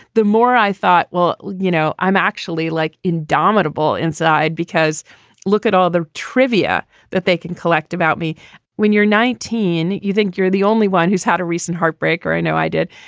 the more i thought, well, you know, i'm actually like indomitable inside because look at all the trivia that they can collect about me when you're nineteen point you think you're the only one who's had a recent heartbreak or i know i did,